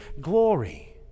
glory